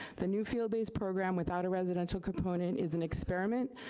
the new field-based program without a residential component is an experiment,